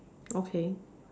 okay